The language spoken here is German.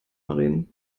maren